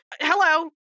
hello